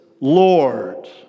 Lord